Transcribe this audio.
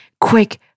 quick